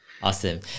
Awesome